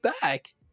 back